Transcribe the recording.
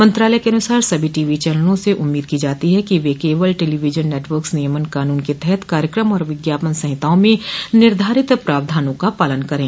मंत्रालय के अनुसार सभी टी वी चैनलों से उम्मीद की जाती है कि वे केबल टेलीविजन नेटवक्स नियमन कानून के तहत कार्यक्रम और विज्ञापन संहिताओं में निर्धारित प्रावधानों का पालन करें